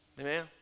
Amen